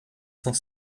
cent